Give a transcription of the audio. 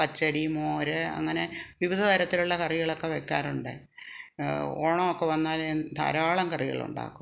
പച്ചടി മോര് അങ്ങനെ വിവിധ തരത്തിലുള്ള കറികളൊക്കെ വെക്കാറുണ്ട് ഓണമൊക്കെ വന്നാൽ ഞാൻ ധാരാളം കറികൾ ഉണ്ടാക്കും